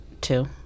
Two